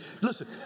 Listen